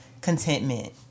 contentment